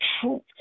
truth